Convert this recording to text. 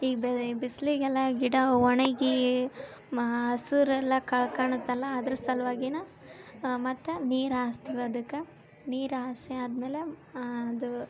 ಈ ಬಿಸ್ಲಿಗೆಲ್ಲಾ ಗಿಡ ಒಣಗಿ ಹಸಿರೆಲ್ಲಾ ಕಳ್ಕೊಣುತಲ್ಲಾ ಅದ್ರ ಸಲುವಾಗಿನ ಮತ್ತೆ ನೀರು ಹಾಸ್ತೀವಿ ಅದಕ್ಕೆ ನೀರು ಹಾಸಿ ಆದ್ಮೇಲೆ ಅದು